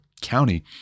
county